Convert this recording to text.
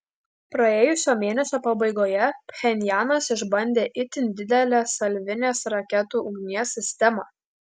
praėjusio mėnesio pabaigoje pchenjanas išbandė itin didelę salvinės raketų ugnies sistemą